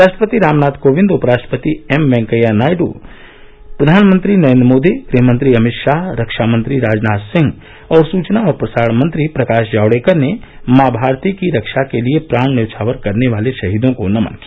राष्ट्रपति रामनाथ कोविंद उप राष्ट्रपति एम वेंकैया नायड प्रधानमंत्री नरेन्द्र मोदी गृह मंत्री अमित शाह रक्षामंत्री राजनाथ सिंह और सुचना और प्रसारण मंत्री प्रकाश जावड़ेकर ने माँ भारती की रक्षा के लिए प्राण न्यौछावर करने वाले शहीदों को नमन किया